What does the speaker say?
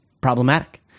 problematic